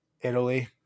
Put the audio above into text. italy